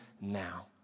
now